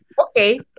Okay